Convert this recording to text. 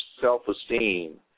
self-esteem